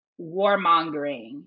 warmongering